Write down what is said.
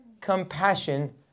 compassion